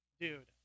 dude